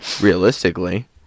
Realistically